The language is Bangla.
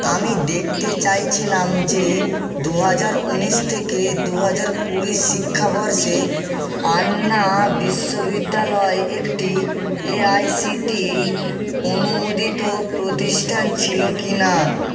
আমি দেখতে চাইছিলাম যে দু হাজার ঊনিশ থেকে দু হাজার কুড়ি শিক্ষাবর্ষে আন্না বিশ্ববিদ্যালয় একটি এআইসিটিই অনুমোদিত প্রতিষ্ঠান ছিল কি না